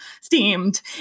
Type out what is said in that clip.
steamed